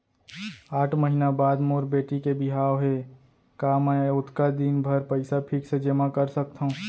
आठ महीना बाद मोर बेटी के बिहाव हे का मैं ओतका दिन भर पइसा फिक्स जेमा कर सकथव?